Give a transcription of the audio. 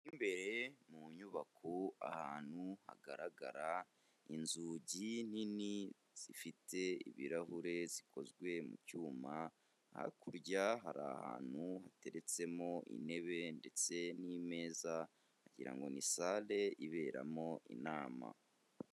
Mu imbere mu nyubako ahantu hagaragara inzugi nini zifite ibirahure zikozwe mu cyuma, hakurya hari ahantu hateretsemo intebe ndetse n'imeza wagira ngo ni sare iberamo inama.